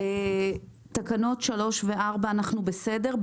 תקנות 3 ו-4, אנחנו בסדר.